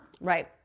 right